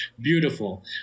beautiful